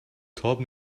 تاب